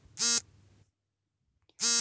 ಸಾಲ ಮರುಪಾವತಿ ಆಯ್ಕೆಗಳು ಯಾವುವು?